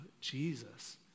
Jesus